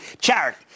charity